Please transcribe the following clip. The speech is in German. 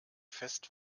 fest